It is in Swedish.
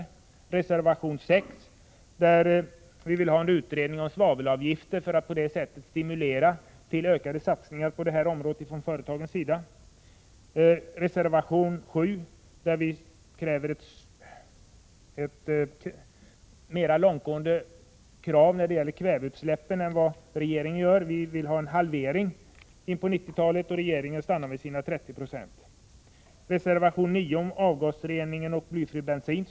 I reservation 6, som jag yrkar bifall till, vill vi få till stånd en utredning om svavelavgifter för att på det sättet stimulera till ökade satsningar från företagen på detta område. Vidare yrkar jag bifall till reservation 7, där vi ställer ett mer långtgående krav beträffande kväveutsläppen än vad regeringen gör. Vi vill få till stånd en halvering på 1990-talet, medan regeringen stannar vid 30 96. I reservation 9, som jag också yrkar bifall till, tar vi upp frågan om avgasrening och blyfri bensin.